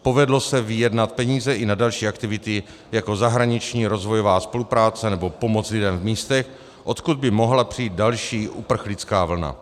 Povedlo se vyjednat peníze i na další aktivity, jako zahraniční rozvojová spolupráce nebo pomoc lidem v místech, odkud by mohla přijít další uprchlická vlna.